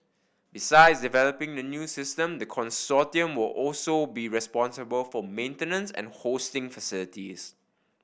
besides developing the new system the consortium will also be responsible for maintenance and hosting facilities